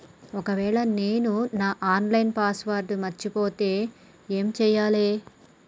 ఒకవేళ నేను నా ఆన్ లైన్ పాస్వర్డ్ మర్చిపోతే ఏం చేయాలే?